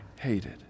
hated